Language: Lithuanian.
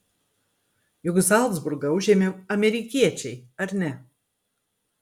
juk zalcburgą užėmė amerikiečiai ar ne